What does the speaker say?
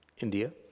India